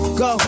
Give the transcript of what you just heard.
go